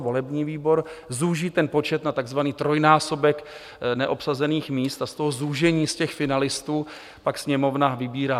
Volební výbor zúží počet na takzvaný trojnásobek neobsazených míst a z toho zúžení, z těch finalistů, pak Sněmovna vybírá.